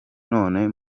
none